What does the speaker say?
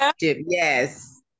yes